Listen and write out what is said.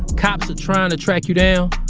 cops are trying to track you down,